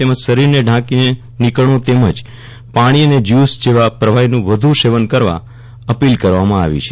તેમજ શરીરને ઢાંકીને નીકળવું તેમજ પાણી અને જ્યુશ જેવા પ્રવાહીનું વ્ધુ સેવન કરવા અપીલ કરવામાં આવી છે